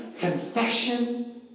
confession